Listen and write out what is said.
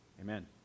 Amen